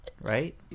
right